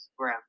Instagram